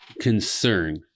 concern